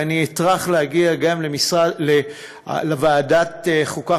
ואני אטרח להגיע גם לוועדת החוקה,